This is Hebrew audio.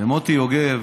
ומוטי יוגב